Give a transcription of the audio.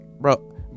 Bro